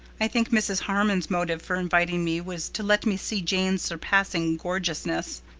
i think mrs. harmon's motive for inviting me was to let me see jane's surpassing gorgeousness.